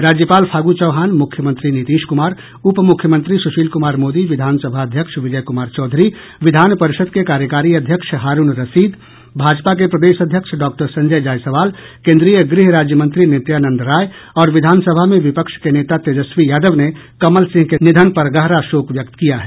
राज्यपाल फागू चौहान मुख्यमंत्री नीतीश कुमार उपमुख्यमंत्री सुशील कुमार मोदी विधानसभा अध्यक्ष विजय कुमार चौधरी विधानपरिषद के कार्यकारी अध्यक्ष हारूण रशीद भाजपा के प्रदेश अध्यक्ष डॉक्टर संजय जायसवाल केन्द्रीय गृह राज्यमंत्री नित्यानंद राय और विधानसभा में विपक्ष के नेता तेजस्वी यादव ने कमल सिंह के निधन पर गहरा शोक व्यक्त किया है